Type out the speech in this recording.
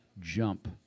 jump